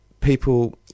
people